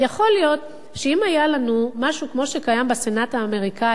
יכול להיות שאם היה לנו משהו כמו שקיים בסנאט האמריקני,